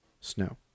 snow